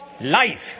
life